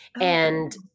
And-